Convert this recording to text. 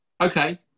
Okay